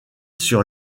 sur